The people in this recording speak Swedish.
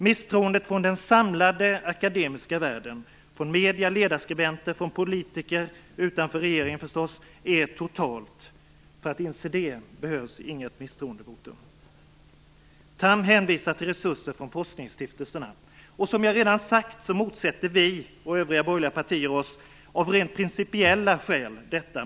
Misstroendet från den samlade akademiska världen, från medierna, från ledarskribenter och från politiker utanför regeringen är totalt. För att inse detta behövs inget misstroendevotum. Tham hänvisar till resurser från forskningsstiftelserna. Som jag redan har sagt motsätter vi och övriga borgerliga partier oss av rent principiella skäl mot detta.